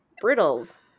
Brittles